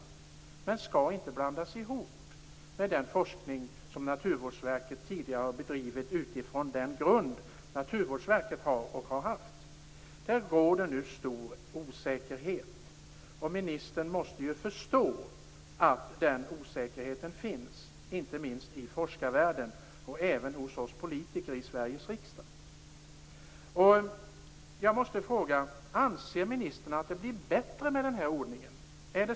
Men den verksamheten skall inte blandas ihop med den forskning som Naturvårdsverket tidigare har bedrivit utifrån den grund Naturvårdsverket har och har haft. Det råder nu stor osäkerhet. Ministern måste förstå att den osäkerheten finns, inte minst i forskarvärlden och även hos oss politiker i Sveriges riksdag. Anser ministern att det blir bättre med den här ordningen?